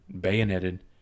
bayoneted